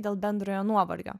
dėl bendrojo nuovargio